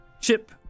Chip